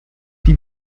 die